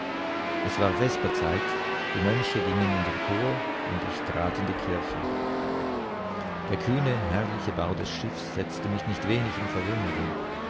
es war vesperzeit die mönche gingen in den chor und ich trat in die kirche der kühne herrliche bau des schiffs setzte mich nicht wenig in verwunderung